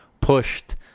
pushed